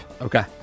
Okay